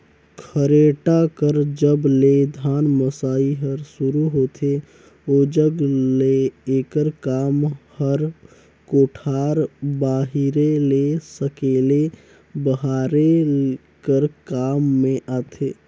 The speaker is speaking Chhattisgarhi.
खरेटा कर जब ले धान मसई हर सुरू होथे ओजग ले एकर काम हर कोठार बाहिरे ले सकेले बहारे कर काम मे आथे